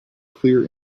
clear